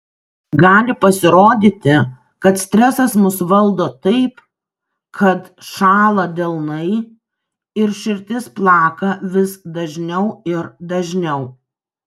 gali pasirodyti kad stresas mus valdo taip kad šąla delnai ir širdis plaka vis dažniau ir dažniau